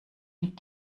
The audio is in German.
die